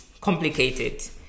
complicated